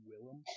Willem